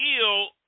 ill